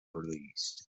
release